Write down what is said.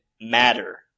matter